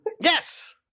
Yes